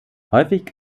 häufig